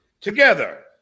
together